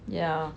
yeah